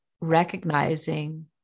recognizing